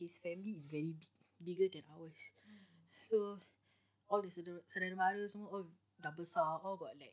his family is very big bigger than ours so all the saudara mara dah besar besar how about like